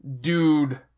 dude